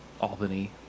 Albany